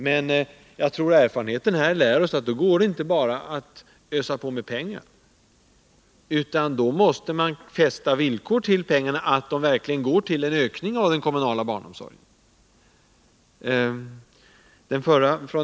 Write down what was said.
Men erfarenheten lär oss att det inte går att bara ösa på med pengar, utan man måste vid pengarna fästa villkoret att de verkligen går till en ökning av den kommunala barnomsorgen.